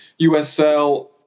USL